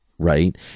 right